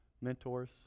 mentors